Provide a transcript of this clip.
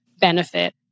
benefit